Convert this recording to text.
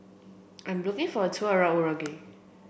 I'm looking for a tour around Uruguay